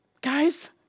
Guys